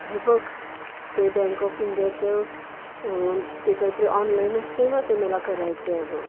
हे बघ ते बँक ऑफ इंडियाचं ते काहीतरी ऑनलाईन असतं आहे ना ते मला करायचं आहे अगं